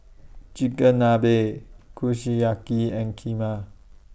Chigenabe Kushiyaki and Kheema